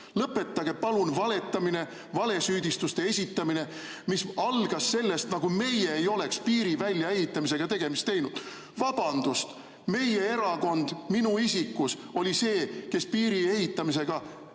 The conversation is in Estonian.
Lõpetage, palun valetamine, valesüüdistuste esitamine, mis algas sellest, nagu meie ei oleks piiri väljaehitamisega tegemist teinud. Vabandust, meie erakond minu isikus oli see, kes piiri ehitamisega –